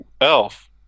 elf